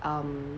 um